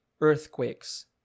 earthquakes